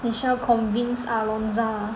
你需要 convince Alonza